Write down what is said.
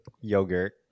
yogurt